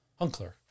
Hunkler